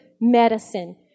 medicine